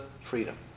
freedom